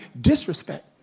disrespect